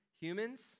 humans